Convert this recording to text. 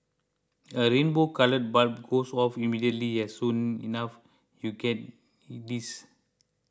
a rainbow coloured bulb goes off immediately and soon enough you get this